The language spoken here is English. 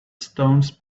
stones